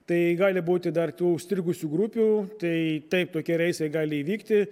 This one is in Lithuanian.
tai gali būti dar tų užstrigusių grupių tai taip tokie reisai gali įvykti